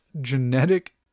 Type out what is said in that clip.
genetic